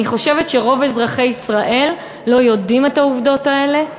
אני חושבת שרוב אזרחי ישראל לא יודעים את העובדות האלה,